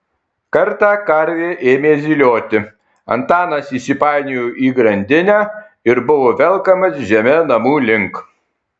kartą karvė ėmė zylioti antanas įsipainiojo į grandinę ir buvo velkamas žeme namų link